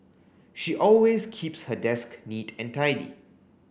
she always keeps her desk neat and tidy